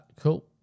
Cool